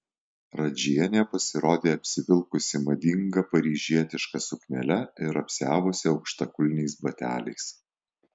radžienė pasirodė apsivilkusi madinga paryžietiška suknele ir apsiavusi aukštakulniais bateliais